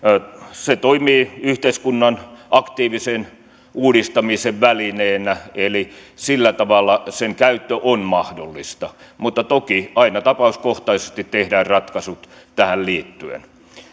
se toimii yhteiskunnan aktiivisen uudistamisen välineenä eli sillä tavalla sen käyttö on mahdollista mutta toki aina tapauskohtaisesti tehdään ratkaisut tähän liittyen